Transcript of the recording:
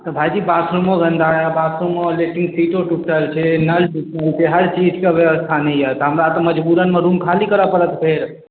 भाइजी बाथरूमो गन्दा यऽ बाथरूमो लेट्रिन सीटो टुटल छै नल टुटल छै हर चीज कऽ व्यबस्था नहि यऽ तऽ हमरा तऽ मजबूरनमे रूम खाली करऽ पड़त फेर